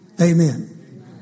Amen